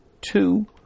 two